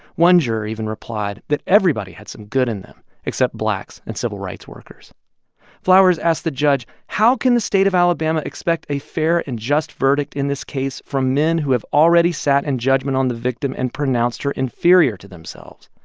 one juror even replied that everybody had some good in them except blacks and civil rights workers flowers asked the judge, how can the state of alabama expect a fair and just verdict in this case from men who have already sat in and judgment on the victim and pronounced her inferior to themselves?